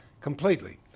completely